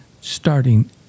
starting